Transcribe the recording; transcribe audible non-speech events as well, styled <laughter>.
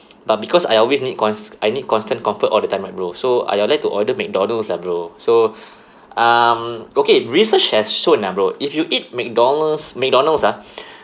but because I always need cons~ I need constant comfort all the time right bro so I I like to order mcdonald's lah bro so <breath> um okay research has shown ah bro if you eat macdonald's macdonald's ah <breath>